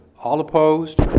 all opposed.